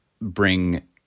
bring